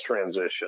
transition